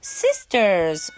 sisters